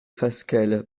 fasquelle